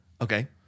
Okay